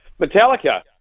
Metallica